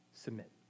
Submit